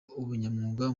ubunyamwuga